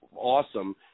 awesome